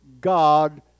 God